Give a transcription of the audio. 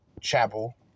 Chapel